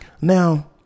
Now